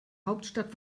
hauptstadt